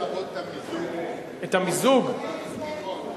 אדוני היושב-ראש,